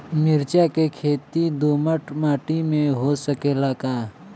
मिर्चा के खेती दोमट माटी में हो सकेला का?